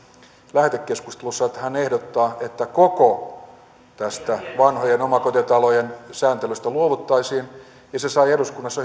lähetekeskustelussa että hän ehdottaa että koko tästä vanhojen omakotitalojen sääntelystä luovuttaisiin ja se sai eduskunnassa